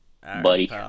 Buddy